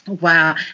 wow